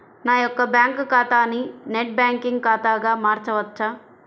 నా యొక్క బ్యాంకు ఖాతాని నెట్ బ్యాంకింగ్ ఖాతాగా మార్చవచ్చా?